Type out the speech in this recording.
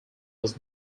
was